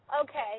Okay